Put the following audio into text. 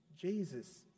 Jesus